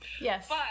yes